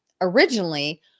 originally